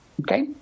Okay